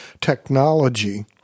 technology